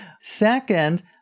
Second